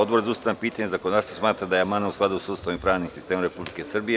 Odbor za ustavna pitanja i zakonodavstvo smatra da je amandman u skladu sa Ustavom i pravnim sistemom Republike Srbije.